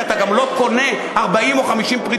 כי אתה גם לא קונה 40 או 50 פריטים,